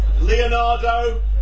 Leonardo